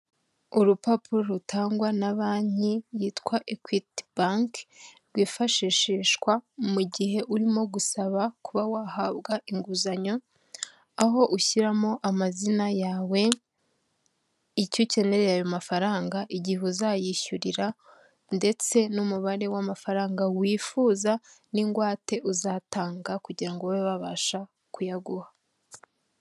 Urupapuro rutangwa na banki yitwa equity bank rwifashishishwa mu gihe urimo gusaba kuba wahabwa inguzanyo aho ushyiramo amazina yawe, icyo ukereneye ayo mafaranga, igihe uzayishyurira ndetse n'umubare w'amafaranga wifuza n'ingwate uzatanga kugirango ube babashe kuyaguha.